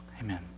Amen